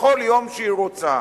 בכל יום שהיא רוצה.